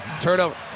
Turnover